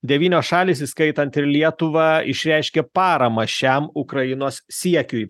devynios šalys įskaitant ir lietuvą išreiškė paramą šiam ukrainos siekiui